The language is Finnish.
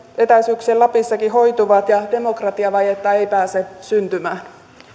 etäisyyksien lapissakin hoituvat ja demokratiavajetta ei pääse syntymään